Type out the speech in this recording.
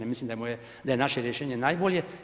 Ne mislim da je naše rješenje najbolje.